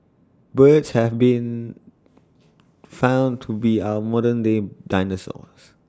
birds have been found to be our modern day dinosaurs